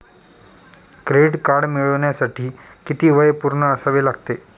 Credit card मिळवण्यासाठी किती वय पूर्ण असावे लागते?